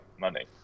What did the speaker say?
money